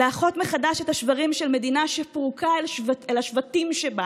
לאחות מחדש את השברים של מדינה שפורקה אל השבטים שבה